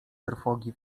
trwogi